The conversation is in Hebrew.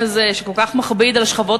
עליהם קל להנחית גם את המכה הזאת.